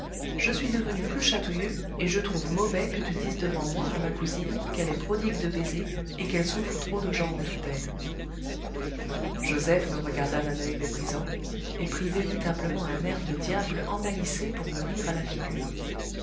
je suis devenu plus chatouilleux et je trouve mauvais que tu dises devant moi à ma cousine qu'elle est prodigue de baisers et qu'elle souffre trop de gens autour d'elle joseph me regarda d'un oeil méprisant et prit véritablement un air de diable emmalicé pour me rire à la figure